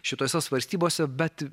šitose svarstybose bet